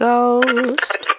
Ghost